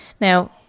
Now